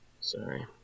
Sorry